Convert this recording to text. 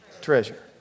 treasure